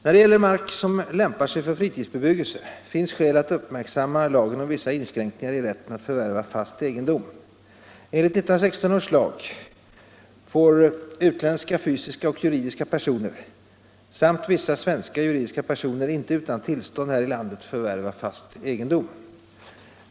När det gäller mark som lämpar sig för fritidsbebyggelse finns skäl att uppmärksamma lagen om vissa inskränkningar i rätten att förvärva fast egendom m.m. Enligt 1916 års lag får utländska fysiska och juridiska personer samt vissa svenska juridiska personer inte utan tillstånd här i landet förvärva fast egendom.